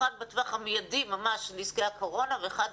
אחד בטווח המיידי ממש של נזקי הקורונה ואחד